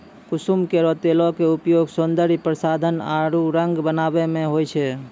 कुसुम केरो तेलो क उपयोग सौंदर्य प्रसाधन आरु रंग बनावै म होय छै